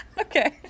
okay